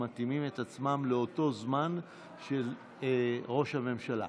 מתאימים את עצמם לזמן של ראש הממשלה.